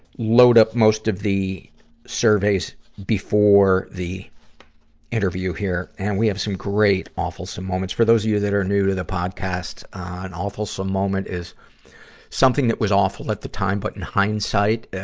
load up most of the surveys before the interview here. and we have some great awfulsome moments. for those of you that are new to the podcast, ah, an awfulsome moment is something that was awful at the time, but in hindsight, ah,